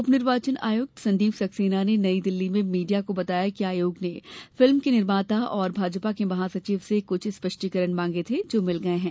उप निर्वाचन आयुक्त संदीप सक्सेना ने नई दिल्ली में मीडिया को बताया कि आयोग ने फिल्म के निर्माता और भाजपा के महासचिव से कुछ स्पष्टीकरण मांगे थे जो मिल गए हैं